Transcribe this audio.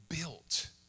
built